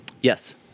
Yes